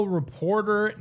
reporter